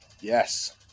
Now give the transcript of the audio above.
Yes